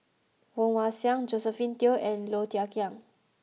Woon Wah Siang Josephine Teo and Low Thia Khiang